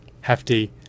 hefty